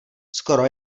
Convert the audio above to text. skoro